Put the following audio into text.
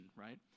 right